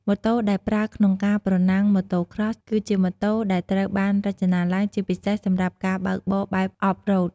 ម៉ូតូដែលប្រើក្នុងការប្រណាំង Motocross គឺជាម៉ូតូដែលត្រូវបានរចនាឡើងជាពិសេសសម្រាប់ការបើកបរបែប Off-road ។